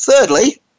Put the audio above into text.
Thirdly